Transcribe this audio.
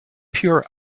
pure